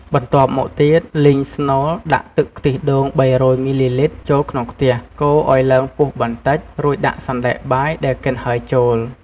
បន្ទាប់មកទៀត លីងស្នូល ដាក់ទឹកខ្ទិះដូង ៣០០ មីលីលីត្រ ចូលក្នុងខ្ទះ កូរឱ្យឡើងពុះបន្តិច រួចដាក់សណ្ដែកបាយដែលកិនហើយចូល។